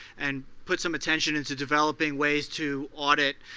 and put some attention into developing ways to audit